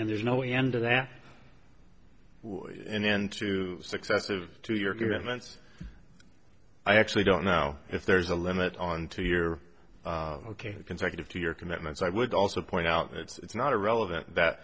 and there's no end to that and then two successive two year commitment i actually don't know if there's a limit on two year consecutive to your commitments i would also point out that it's not irrelevant that